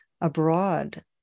abroad